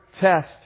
test